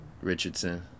Richardson